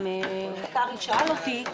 גם חבר הכנסת קרעי שאל אותי.